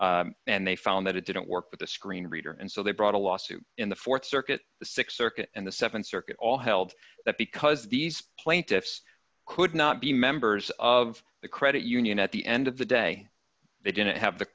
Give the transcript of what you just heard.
union and they found that it didn't work with the screen reader and so they brought a lawsuit in the th circuit the th circuit and the th circuit all held that because these plaintiffs could not be members of the credit union at the end of the day they didn't have the